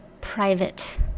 private